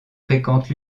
fréquente